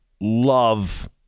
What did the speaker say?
love